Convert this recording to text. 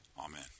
Amen